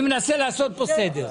אני מנסה לעשות פה סדר.